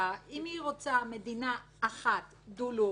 אם היא רוצה מדינה אחת דו-לאומית,